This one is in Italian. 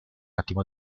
attimo